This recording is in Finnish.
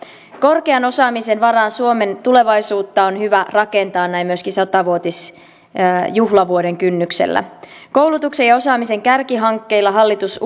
korkean osaamisen varaan suomen tulevaisuutta on hyvä rakentaa näin myöskin satavuotisjuhlavuoden kynnyksellä koulutuksen ja osaamisen kärkihankkeilla hallitus